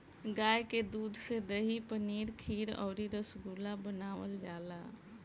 गाय के दूध से दही, पनीर खीर अउरी रसगुल्ला बनावल जाला